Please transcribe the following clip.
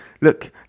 look